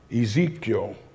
Ezekiel